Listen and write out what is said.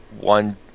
one